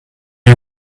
you